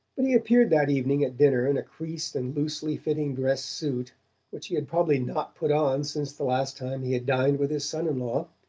but he appeared that evening at dinner in a creased and loosely fitting dress-suit which he had probably not put on since the last time he had dined with his son-in-law,